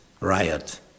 riot